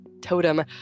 totem